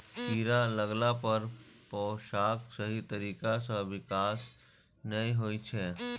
कीड़ा लगला पर पौधाक सही तरीका सं विकास नै होइ छै